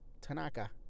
Tanaka